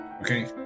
Okay